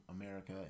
america